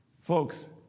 folks